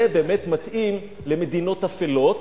זה באמת מתאים למדינות אפלות,